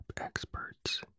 experts